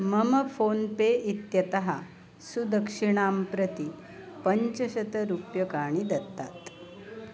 मम फ़ोन्पे इत्यतः सुदक्षिणां प्रति पञ्चशतरूप्यकाणि दत्तात्